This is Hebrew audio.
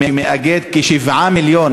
שמאגד כ-7 מיליון.